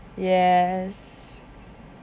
yes